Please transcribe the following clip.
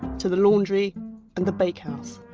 to the laundry and the bake house.